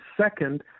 second